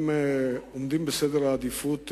הם עומדים בסדר העדיפויות,